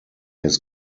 his